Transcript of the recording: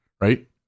right